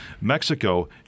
Mexico